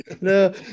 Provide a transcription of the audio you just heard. no